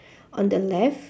on the left